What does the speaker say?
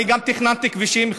גם תכננתי כבישים,